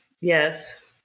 Yes